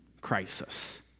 crisis